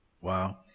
Wow